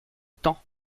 temps